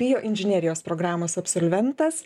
bioinžinerijos programos absolventas